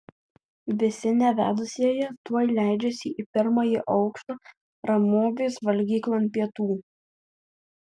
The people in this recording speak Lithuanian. visi nevedusieji tuoj leidžiasi į pirmąjį aukštą ramovės valgyklon pietų